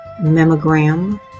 mammogram